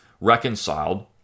reconciled